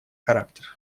характер